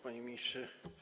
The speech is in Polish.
Panie Ministrze!